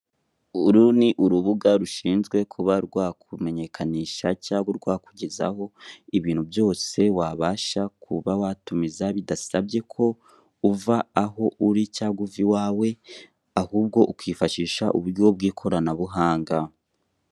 Uru ni urubuga rushinzwe kuba rwakumenyekanisha cyangwa rwakugezaho ibintu byose wabasha kuba watumizaho bidasabye ko wava aho uri cyangwa kuva iwawe ahubwo ukifashisha uburyo bw'ikoranabuhanga.